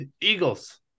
Eagles